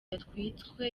yatwitswe